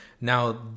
Now